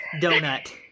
donut